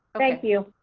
thank you.